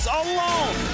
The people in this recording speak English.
alone